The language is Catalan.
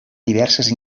diverses